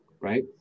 Right